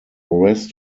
rest